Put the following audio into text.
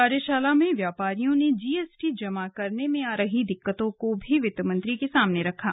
कार्यशाला में व्यापारियों ने जीएसटी जमा करने में आ रही दिक्कतों को भी वित्त मंत्री के सामने रखा